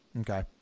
Okay